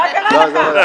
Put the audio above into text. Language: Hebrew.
מה קרה לך.